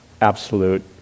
absolute